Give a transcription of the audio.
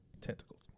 Tentacles